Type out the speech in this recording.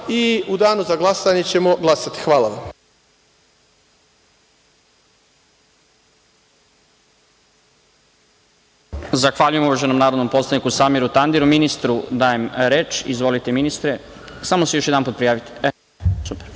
U danu za glasanje ćemo glasati. Hvala vam.